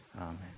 Amen